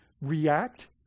react